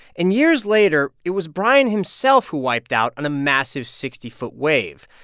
and years later, it was brian himself who wiped out on a massive sixty foot wave.